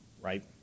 right